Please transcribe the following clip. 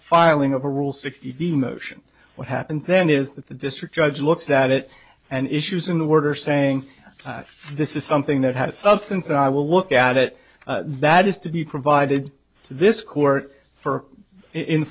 filing of a rule sixty b motion what happens then is that the district judge looks at it and issues in the word are saying that this is something that has substance and i will look at it that is to be provided to this court for in